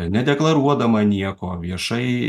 nedeklaruodama nieko viešai